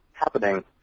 happening